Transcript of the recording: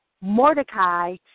Mordecai